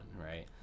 right